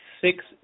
six